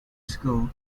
school